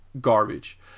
garbage